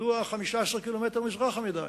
מדוע 15 קילומטר מזרחה מדי?